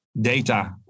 data